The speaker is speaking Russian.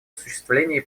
осуществление